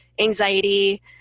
anxiety